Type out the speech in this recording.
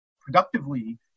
productively